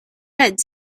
red